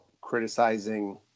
criticizing